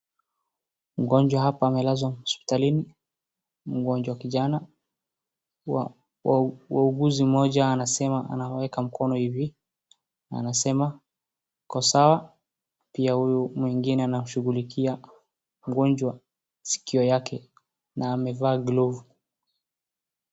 Mgonjwa hapa amelazwa hospitalini, mgonjwa kijana. Waunguzi mmoja anasema anamueka mkono ivi. Anasema ako sawa. Pia huyu mwingine anamshughulikia mgonjwa sikio yake na amevaa glove .